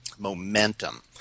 momentum